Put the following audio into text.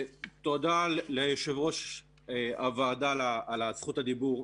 תודה ליושב-ראש הוועדה על זכות הדיבור.